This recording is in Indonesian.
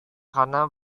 karena